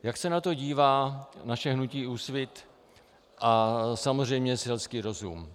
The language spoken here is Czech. Jak se na to dívá naše hnutí Úsvit a samozřejmě selský rozum?